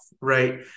right